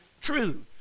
true